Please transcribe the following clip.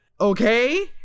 Okay